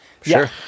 sure